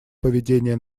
поведение